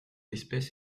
espèce